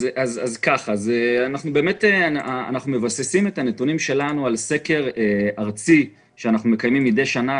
אנחנו מבססים את הנתונים שלנו על סקר ארצי שאנחנו מקיימים מדי שנה,